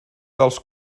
dels